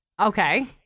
Okay